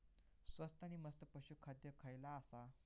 स्वस्त आणि मस्त पशू खाद्य खयला आसा?